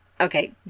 Okay